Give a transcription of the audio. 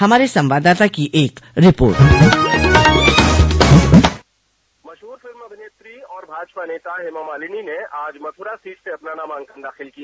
हमारे संवाददाता की एक रिपोर्ट डिस्पैच मशहूर फिल्म अभिनेत्री और भाजपा नेता हेमा मालिनी ने आज मथुरा सीट से अपना नामांकन दाखिल किया